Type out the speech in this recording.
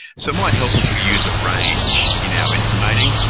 so might help if we use a range in our estimating.